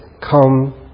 come